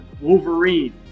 wolverine